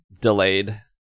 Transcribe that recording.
delayed